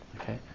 Okay